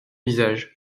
visage